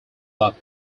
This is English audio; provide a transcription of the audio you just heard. luck